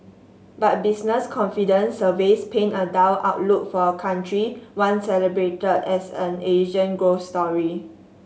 but business confidence surveys paint a dull outlook for a country once celebrated as an Asian growth story